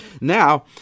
Now